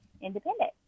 independent